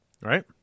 right